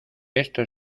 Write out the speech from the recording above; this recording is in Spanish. esto